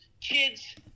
kids